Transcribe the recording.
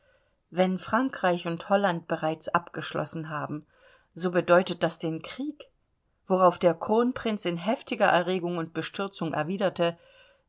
wenn frankreich und holland bereits abgeschlossen haben so bedeutet das den krieg worauf der kronprinz in heftiger erregung und bestürzung erwiderte